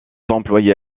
employé